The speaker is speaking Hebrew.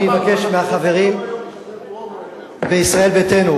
אני מבקש מהחברים בישראל ביתנו,